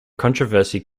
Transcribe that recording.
controversy